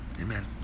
Amen